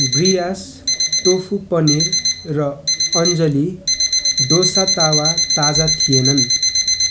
Breyers tofu paneer र अन्जली डोसा तावा ताजा थिएनन्